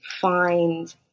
find